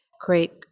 create